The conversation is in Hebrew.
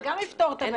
זה גם יפתור את הבעיה.